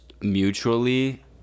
mutually